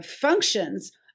functions